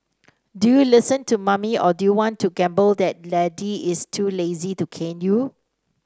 do you listen to mommy or do you want to gamble that daddy is too lazy to cane you